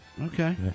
Okay